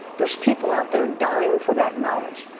there's people out there dying for that knowledge.